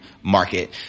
market